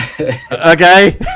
Okay